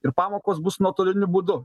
ir pamokos bus nuotoliniu būdu